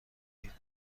اید